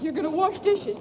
you're going to wash dishes